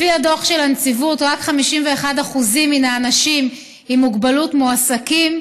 לפי הדוח של הנציבות רק 51% מן האנשים עם מוגבלות מועסקים,